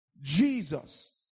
Jesus